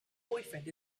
boyfriend